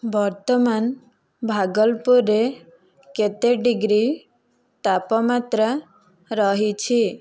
ବର୍ତ୍ତମାନ ଭାଗଲପୁରରେ କେତେ ଡିଗ୍ରୀ ତାପମାତ୍ରା ରହିଛି